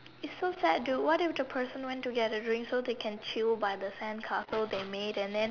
it's so sad dude what if the person went to get a drink so that they can chill by the sandcastle they made and then